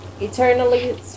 eternally